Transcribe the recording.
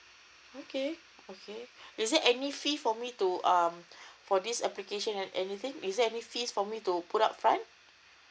okay okay is there any fee for me to um for this application anything is there any fees for me to put up front